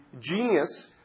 genius